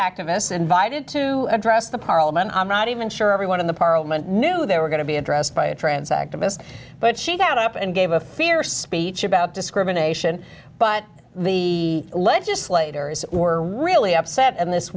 activists invited to address the parliament i'm not even sure everyone in the parliament knew they were going to be addressed by a trans activist but she got up and gave a fierce speech about discrimination but the legislators were really upset and this